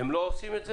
הם לא עושים את זה?